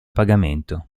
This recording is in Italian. pagamento